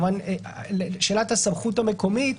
לשאלת הסמכות המקומית,